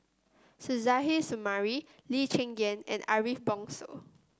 Suzairhe Sumari Lee Cheng Gan and Ariff Bongso